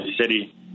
city